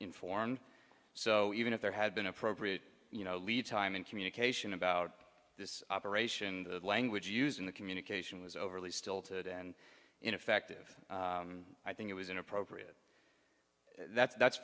informed so even if there had been appropriate you know lead time in communication about this operation the language used in the communication was overly stilted and ineffective i think it was inappropriate that's that's